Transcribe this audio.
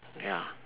ya